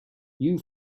you